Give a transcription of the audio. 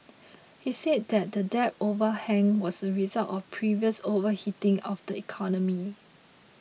he said that the debt overhang was a result of previous overheating of the economy